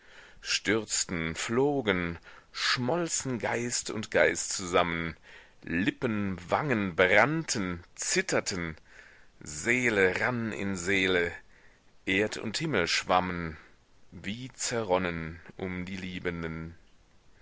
harmonie stürzten flogen schmolzen geist und geist zusammen lippen wangen brannten zitterten seele rann in seele erd und himmel schwammen wie zerronnen um die liebenden